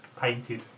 painted